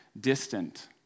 distant